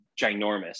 ginormous